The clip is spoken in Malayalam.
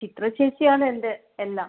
ചിത്ര ചേച്ചിയാണ് എൻ്റെ എല്ലാം